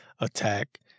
attack